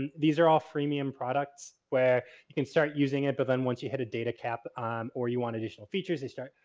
these are all freemium products where you can start using it, but then once you hit a data cap um or you want additional features they start,